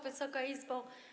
Wysoka Izbo!